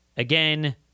Again